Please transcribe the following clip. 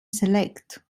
select